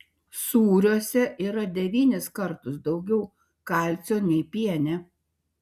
sūriuose yra devynis kartus daugiau kalcio nei piene